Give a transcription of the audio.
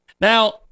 now